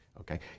Okay